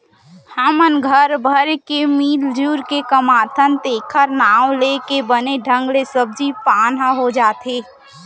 हमन ह घर भर के मिरजुर के कमाथन तेखर नांव लेके बने ढंग ले सब्जी पान ह हो जाथे